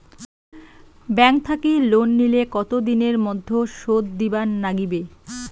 Bank থাকি loan নিলে কতো দিনের মধ্যে শোধ দিবার নাগিবে?